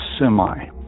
semi